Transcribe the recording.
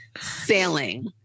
sailing